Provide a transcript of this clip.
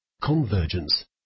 Convergence